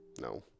No